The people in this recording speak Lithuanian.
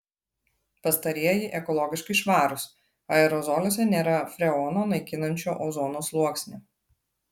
pastarieji ekologiškai švarūs aerozoliuose nėra freono naikinančio ozono sluoksnį